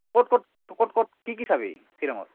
ক'ত ক'ত ক'ত ক'ত কি কি চাবি শ্বিলঙত